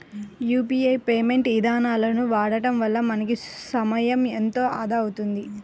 UPI payment ఇదానాలను వాడడం వల్ల మనకి సమయం ఎంతో ఆదా అవుతుంది